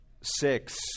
six